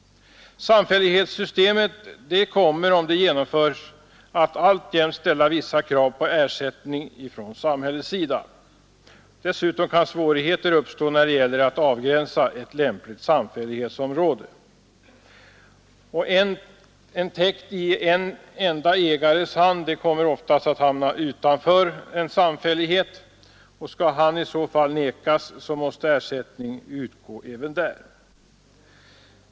Samfällighetssystemet kommer, om det genomförs, att alltjämt ställa vissa krav på ersättning från samhällets sida. Dessutom kan svårigheter uppstå när det gäller att avgränsa ett lämpligt samfällighetsområde. En täkt i en enda ägares hand kommer oftast att hamna utanför en samfällighet, och skall ägaren i så fall vägras rätt till exploatering, så måste ersättning utgå även där.